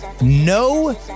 no